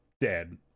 dead